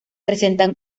presenta